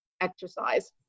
exercise